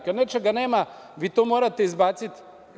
Kad nečega nema, vi to morate izbaciti.